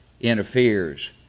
interferes